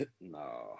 No